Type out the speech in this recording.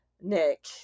Nick